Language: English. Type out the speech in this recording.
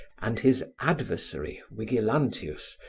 and his adversary vigilantius,